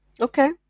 Okay